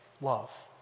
love